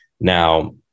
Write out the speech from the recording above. Now